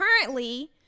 currently